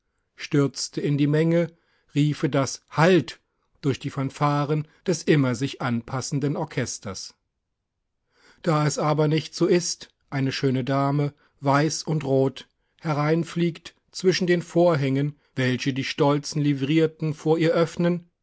stürzte in die manege riefe das halt durch die fanfaren des immer sich anpassenden orchesters da es aber nicht so ist eine schöne dame weiß und rot hereinfliegt zwischen den vorhängen welche die stolzen livrierten vor ihr öffnen